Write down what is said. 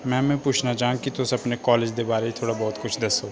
ma'am में पुच्नाछना चांह्ग तुस कालेज दे बारे च थोह्ड़ा बहुत कुछ दस्सो